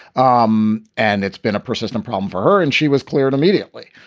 um and it's been a persistent problem for her. and she was cleared immediately.